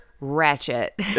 ratchet